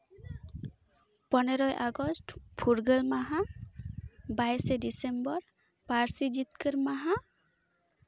ᱯᱚᱱᱮᱨᱳᱭ ᱟᱜᱚᱥᱴ ᱯᱷᱩᱨᱜᱟᱹᱞ ᱢᱟᱦᱟ ᱵᱟᱭᱤᱥᱮ ᱰᱤᱥᱮᱢᱵᱚᱨ ᱯᱟᱹᱨᱥᱤ ᱡᱤᱛᱠᱟᱹᱨ ᱢᱟᱦᱟ